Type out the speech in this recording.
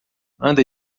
anda